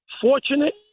Fortunate